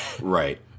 right